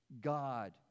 God